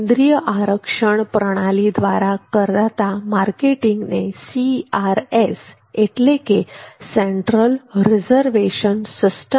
કેન્દ્રીય આરક્ષણ પ્રણાલી દ્વારા કરાતા માર્કેટિંગને CRS CRS central reservation system